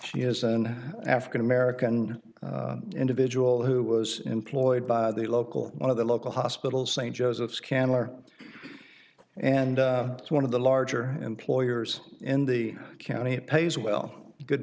she is an african american individual who was employed by the local one of the local hospital st joseph's candler and it's one of the larger employers in the county it pays well good